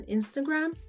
Instagram